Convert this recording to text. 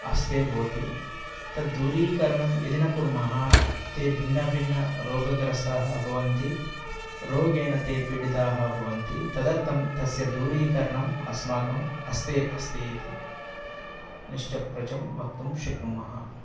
हस्ते भवति तद् दूरीकरणं यदि न कुर्मः ते भिन्न भिन्न रोगग्रस्ताः भवन्ति रोगेण ते पीडिताः भवन्ति तदर्थं तस्य दूरीकरणम् अस्माकं हस्ते अस्ति इति निश्चप्रचं वक्तुं शक्नुमः